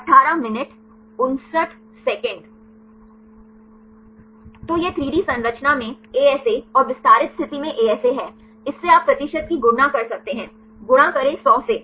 तो यह 3 डी संरचना में एएसए और विस्तारित स्थिति में एएसए है इससे आप प्रतिशत की गणना कर सकते हैं गुणा करे 100 से